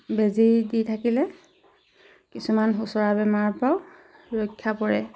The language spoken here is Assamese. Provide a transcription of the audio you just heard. বেজী দি থাকিলে কিছুমান সোঁচৰা বেমাৰৰ পৰাও ৰক্ষা পৰে